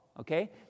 okay